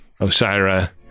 Osira